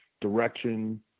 direction